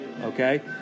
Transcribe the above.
Okay